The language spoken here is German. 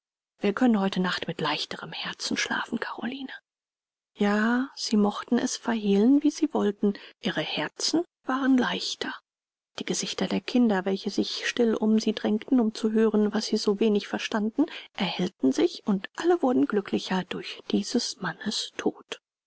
wir können heute nacht mit leichterem herzen schlafen karoline ja sie mochten es verhehlen wie sie wollten ihre herzen waren leichter die gesichter der kinder welche sich still um sie drängten um zu hören was sie so wenig verstanden erhellten sich und alle wurden glücklicher durch dieses mannes tod